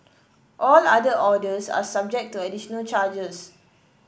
all other orders are subject to additional charges